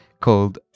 called